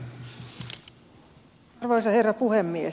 arvoisa herra puhemies